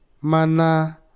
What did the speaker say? Mana